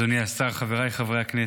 אדוני השר, חבריי חברי הכנסת,